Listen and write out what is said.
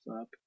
up